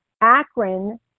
Akron